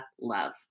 love